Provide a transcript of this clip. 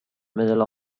middle